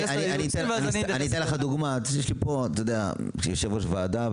אני אתן לך דוגמה כיושב-ראש הוועדה,